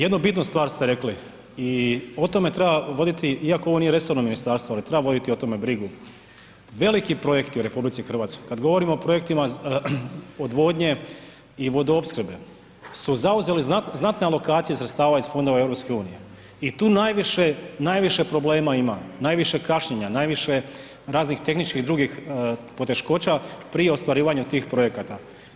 Jednu bitnu stvar ste rekli i o tome treba voditi iako ovo nije resorno ministarstvo ali treba voditi o tome brigu, veliki projekti u RH, kad govorimo o projektima odvodnje i vodoopskrbe su zauzeli znatne alokacije sredstava iz fondova EU-a. i tu najviše problema ima, najviše kašnjenja, najviše raznih tehničkih drugih poteškoća prije ostvarivanja tih projekata.